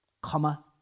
comma